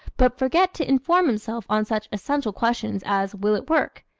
but forget to inform himself on such essential questions as will it work?